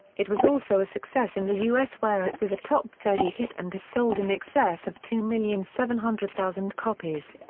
it was also a success in the us where it was a top thirty hit and has sold in excess of two million seven hundred thousand copies.